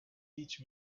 teach